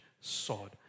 sword